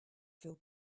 feel